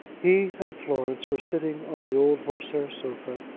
he and florence were sitting on the old horsehair sofa,